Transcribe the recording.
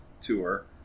Tour